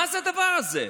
מה זה הדבר הזה?